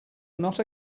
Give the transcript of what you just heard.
not